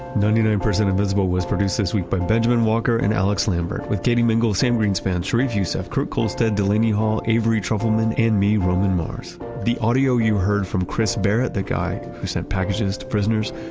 ninety nine percent invisible was produced this week by benjamen walker and alix lambert with katie mingle, sam greenspan, sharif youssef, kohlstedt, delaney hall, avery trufelman and me, roman mars the audio you heard from chris barrett, the guy who sent packages to prisoners,